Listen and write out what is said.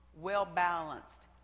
well-balanced